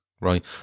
Right